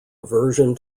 aversion